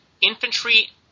infantry